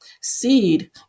Seed